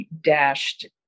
dashed